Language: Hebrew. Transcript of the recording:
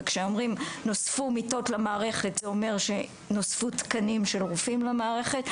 וכשאומרים שנוספו מיטות למערכת זה אומר שנוספו תקנים של רופאים למערכת.